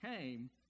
came